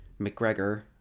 McGregor